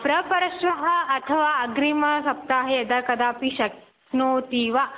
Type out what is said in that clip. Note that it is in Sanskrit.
प्रपरश्वः अथवा अग्रिमसप्ताहे यदा कदापि शक्नोति वा